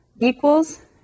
Equals